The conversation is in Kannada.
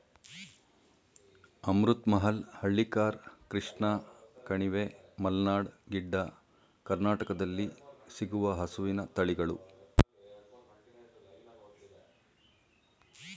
ಅಮೃತ್ ಮಹಲ್, ಹಳ್ಳಿಕಾರ್, ಕೃಷ್ಣ ಕಣಿವೆ, ಮಲ್ನಾಡ್ ಗಿಡ್ಡ, ಕರ್ನಾಟಕದಲ್ಲಿ ಸಿಗುವ ಹಸುವಿನ ತಳಿಗಳು